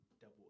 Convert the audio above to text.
double